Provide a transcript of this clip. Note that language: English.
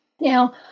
Now